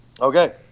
Okay